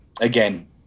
again